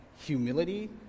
humility